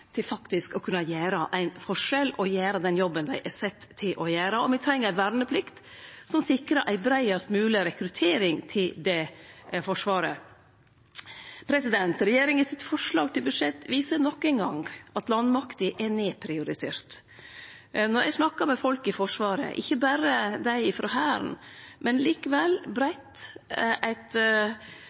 til faktisk å kunne gjere ein forskjell og til å kunne gjere den jobben det er sett til å gjere. Me treng òg ei verneplikt som sikrar ei breiast mogleg rekruttering til det forsvaret. Forslaget til budsjett frå regjeringa viser nok ein gong at landmakta er nedprioritert. Når eg snakkar med folk i Forsvaret, ikkje berre dei frå Hæren, men breitt,